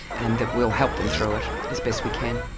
and that we'll help them through it as best we can.